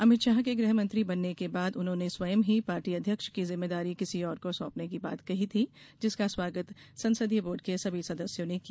अमित शाह के गृहमंत्री बनने के बाद उन्होंने स्वयं ही पार्टी अध्यक्ष की जिम्मेदारी किसी और को सौंपने की बात कही थी जिसका स्वागत संसदीय बोर्ड के सभी सदस्यों ने किया